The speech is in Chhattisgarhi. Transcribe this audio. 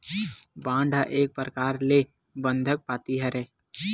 बांड ह एक परकार ले बंधक पाती हरय